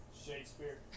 Shakespeare